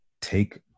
take